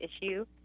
issue